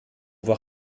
voir